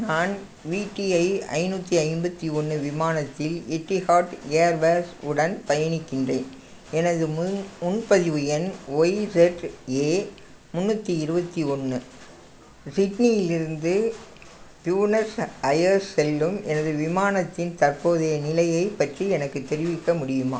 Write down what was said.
நான் விடிஐ ஐந்நூற்றி ஐம்பத்தி ஒன்று விமானத்தில் எட்டிஹாட் ஏர்வேல்ஸ் உடன் பயணிக்கின்றேன் எனது முன் முன்பதிவு எண் ஒய் இஜட் ஏ முந்நூற்றி இருபத்தி ஒன்று சிட்னியிலிருந்து ப்யூனஸு அயர்ஸ் செல்லும் எனது விமானத்தின் தற்போதைய நிலையைப் பற்றி எனக்குத் தெரிவிக்க முடியுமா